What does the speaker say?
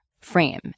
frame